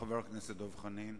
חבר הכנסת דב חנין.